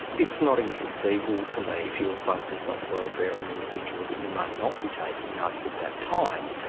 it's not inconceivable to me if you're focused on the welfare of an individual that you may not be taking notes at that time.